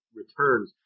returns